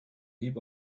heap